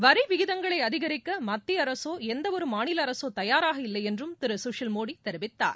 வரி விகிதங்களை அதிகரிக்க மத்திய அரசோ எந்தவொரு மாநில அரசோ தயாராக இல்லை என்றும் திரு சுஷில் மோதி தெரிவித்தார்